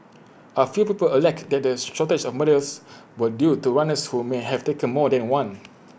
A few people alike that the shortage of medals was due to runners who may have taken more than one